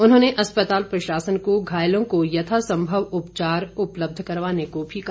उन्होंने अस्पताल प्रशासन को घायलों को यथासंभव उपचार उपलब्ध करवाने को भी कहा